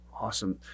Awesome